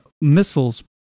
missiles